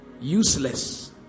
useless